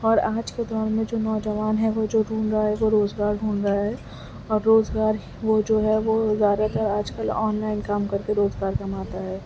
اور آج کے دور میں جو نوجوان ہیں وہ جو ڈھونڈ رہا ہے وہ روزگار ڈھونڈ رہا ہے اور روزگار وہ جو ہے وہ زیادہ تر آج کل آن لائن کام کر کے روزگار کماتا ہے